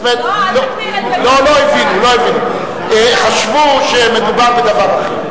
אל תפיל את זה, לא הבינו, חשבו שמדובר בדבר אחר.